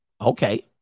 Okay